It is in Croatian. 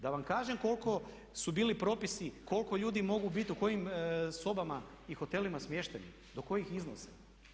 Da vam kažem koliko su bili propisi, koliko ljudi mogu biti u kojim sobama i hotelima smješteni, do kojih iznosa.